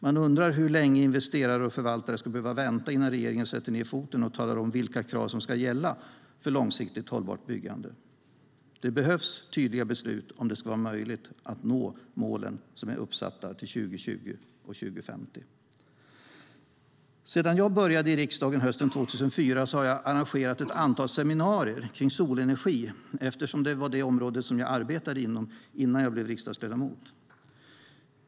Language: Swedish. Man undrar hur länge investerare och förvaltare ska behöva vänta innan regeringen sätter ned foten och talar om vilka krav som ska gälla för långsiktigt hållbart byggande. Det behövs tydliga beslut om det ska vara möjligt att nå målen som är uppsatta till 2020 och 2050. Sedan jag började i riksdagen hösten 2004 har jag arrangerat ett antal seminarier kring solenergi, eftersom det var det område som jag arbetade inom innan jag blev riksdagsledamot.